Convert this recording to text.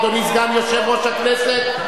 אדוני סגן יושב-ראש הכנסת,